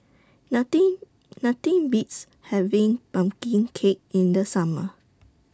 Nothing Nothing Beats having Pumpkin Cake in The Summer